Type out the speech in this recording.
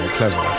clever